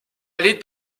aller